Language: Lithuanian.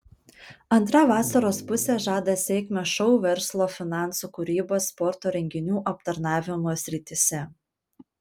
antra vasaros pusė žada sėkmę šou verslo finansų kūrybos sporto renginių aptarnavimo srityse